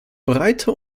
breite